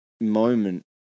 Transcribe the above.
moment